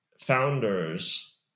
founders